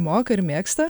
moka ir mėgsta